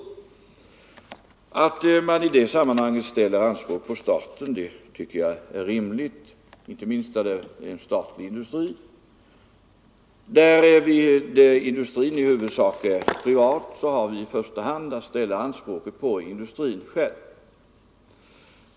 Att man i detta sammanhang ställer anspråk på staten tycker jag är rimligt, inte minst därför att det gäller en statlig industri. Om industrin i fråga i huvudsak är privat ställer vi i första hand anspråk på industrin själv.